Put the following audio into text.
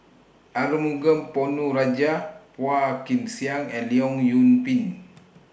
Arumugam Ponnu Rajah Phua Kin Siang and Leong Yoon Pin